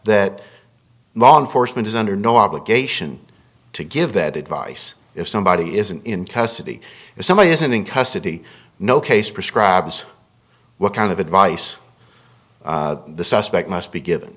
that law enforcement is under no obligation to give that advice if somebody isn't in custody if somebody isn't in custody no case prescribes what kind of advice the suspect must be given